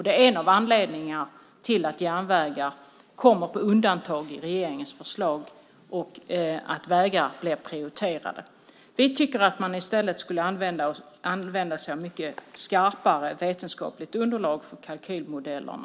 Det är en av anledningarna till att järnvägar kommer på undantag i regeringens förslag och att vägar blir prioriterade. Vi tycker att mycket skarpare vetenskapligt underlag ska användas för kalkylmodellerna.